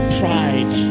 pride